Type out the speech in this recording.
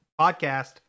podcast